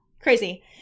Crazy